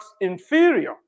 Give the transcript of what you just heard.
inferior